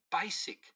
basic